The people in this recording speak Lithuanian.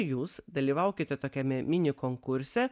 jūs dalyvaukite tokiame mini konkurse